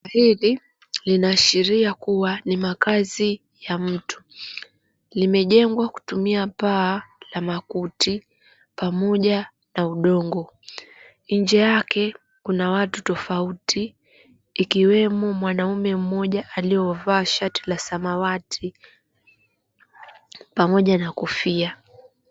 Hili linaashiria kuwa ni makazi ya mtu. Limejengwa kutumia paa la makuti pamoja na udongo. Nje yake kuna watu tofauti, ikiwemo mwanamume mmoja aliovaa shati la samawati pamoja na kofia.